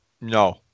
no